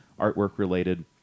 artwork-related